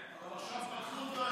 אבל עכשיו פתחו את השערים